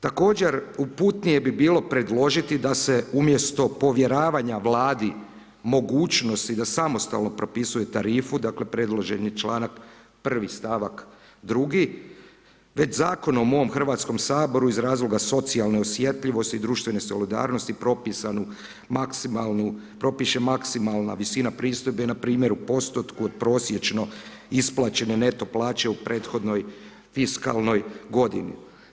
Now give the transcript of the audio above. Također uputnije bi bilo predložiti da se umjesto povjeravanja Vladi, mogućnost da samostalno propisuje tarifu, dakle, predložen je čl. 1. stavak 2. već zakonom o ovom Hrvatskom saboru, iz razloga socijalne osjetljivosti i društvene solidarnosti, propiše maksimalna visina pristojbe, npr. u postotku prosječno isplaćene neto plaće u prethodnoj fiskalnoj godini.